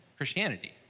Christianity